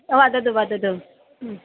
वदतु वदतु